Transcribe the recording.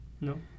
No